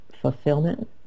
fulfillment